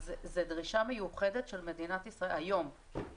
היום זו דרישה מיוחדת של מדינת ישראל